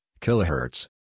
kilohertz